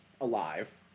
alive